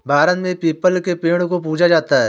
भारत में पीपल के पेड़ को पूजा जाता है